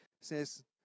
says